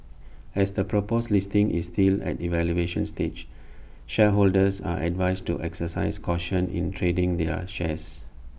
as the proposed listing is still at evaluation stage shareholders are advised to exercise caution in trading their shares